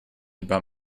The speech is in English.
about